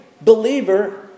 believer